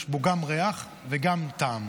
יש בו גם ריח וגם טעם,